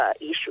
issue